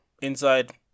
inside